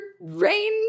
rain